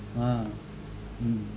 um mm